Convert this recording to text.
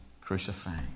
crucified